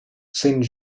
saint